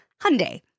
Hyundai